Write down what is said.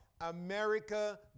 America